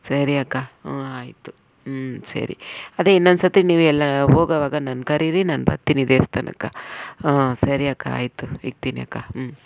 ಸರಿ ಅಕ್ಕ ಹ್ಞೂ ಆಯಿತು ಹ್ಞೂ ಸರಿ ಅದೇ ಇನ್ನೊಂದ್ಸರ್ತಿ ನೀವು ಎಲ್ಲಾರ ಹೋಗೋವಾಗ ನನ್ನ ಕರೀರಿ ನಾನು ಬರ್ತೀನಿ ದೇವಸ್ಥಾನಕ್ಕೆ ಹಾಂ ಸರಿ ಅಕ್ಕ ಆಯಿತು ಇಡ್ತೀನಿ ಅಕ್ಕ ಹ್ಞೂ